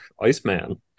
Iceman